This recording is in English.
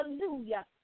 Hallelujah